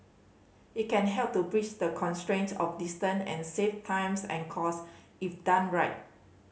it can help to bridge the constraint of distance and save times and cost if done right